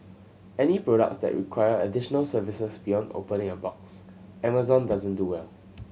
any products that require additional services beyond opening a box Amazon doesn't do well